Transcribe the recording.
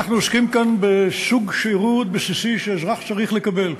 אנחנו עוסקים כאן בסוג שירות בסיסי שאזרח צריך לקבל.